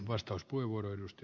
arvoisa puhemies